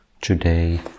Today